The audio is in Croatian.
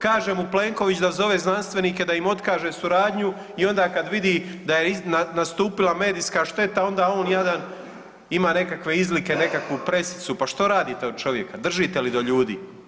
Kaže mu Plenković da zove znanstvenike da im otkaže suradnju i onda kad vidi da je nastupila medijska šteta onda on jadan ima nekakve izlike, nekakvu presicu, pa što radite od čovjeka, držite li do ljudi?